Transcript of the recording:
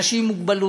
אנשים עם מוגבלות,